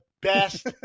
best